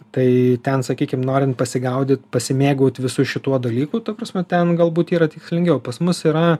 tai ten sakykim norint pasigaudyt pasimėgaut visu šituo dalyku ta prasme ten galbūt yra tikslingiau pas mus yra